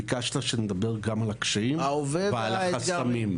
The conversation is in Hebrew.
ביקשת שנדבר גם על הקשיים ועל החסמים.